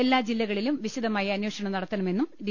എല്ലാ ജില്ലക ളിലും വിശദമായി അന്വേഷണം നടത്തണമെന്നും ഡി